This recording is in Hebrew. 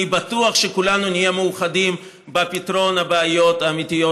אני בטוח שכולנו נהיה מאוחדים בפתרון הבעיות האמיתיות